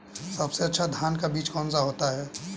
सबसे अच्छा धान का बीज कौन सा होता है?